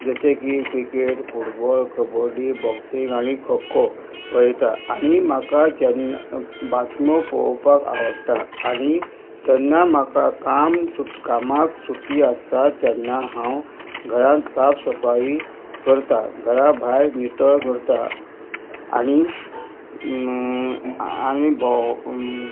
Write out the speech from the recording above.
जशें की cricket football kabaddi boxing आनी खोखो पळयता आनी म्हाका बातम्यो पळोवपाक आवडटा आनी जेन्ना म्हाका काम कामाक सुटी आसता तेन्ना हांव घरांत साफ सफाई करता घरा भायर नितळ करता आनी आनी भोंव